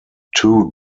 two